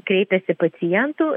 kreipėsi pacientų